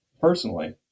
personally